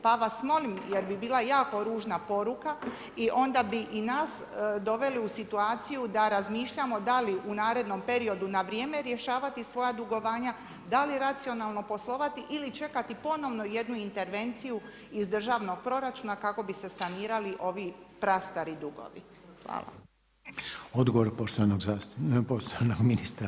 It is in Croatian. Pa vas molim jer bi bila jako ružna poruka i onda bi i nas doveli u situaciju da razmišljamo da li u narednom periodu na vrijeme rješavati svoja dugovanja, da li racionalno poslovati ili čekati ponovno jednu intervenciju iz državnog proračuna kako bi se sanirali ovi prastari dugovi.